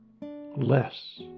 less